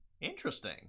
Interesting